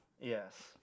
yes